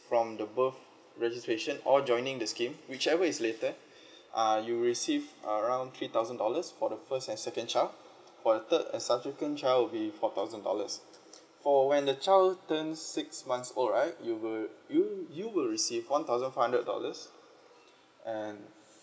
from the birth registration or joining the scheme whichever is later uh you'll receive around three thousand dollars for the first and second child for the third and subsequent child would be four thousand dollars for then the child turns six months old right you will you you will receive one thousand five hundred dollars and